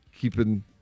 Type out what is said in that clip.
keeping